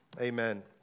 Amen